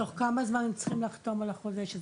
בתוך כמה זמן צריכים לחתום על החוזה?